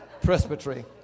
presbytery